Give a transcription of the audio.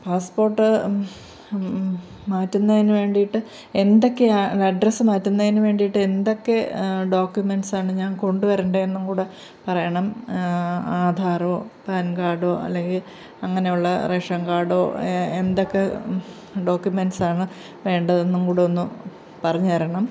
passport മാറ്റുന്നതിനു വേണ്ടിയിട്ട് എന്തൊക്കെയാണ് അഡ്രസ്സ് മാറ്റുന്നതിനു വേണ്ടിയിട്ട് എന്തൊക്കെ ഡോക്യുമെൻസാണ് ഞാൻ കൊണ്ടു വരേണ്ടതെന്നും കൂടെ പറയണം ആധാറോ പാൻ കാർഡോ അല്ലെങ്കിൽ അങ്ങനെയുള്ള റേഷൻ കാർഡോ എന്തൊക്കെ ഡോക്യുമെൻസാണ് വേണ്ടതെന്നും കൂടൊന്ന് പറഞ്ഞു തരണം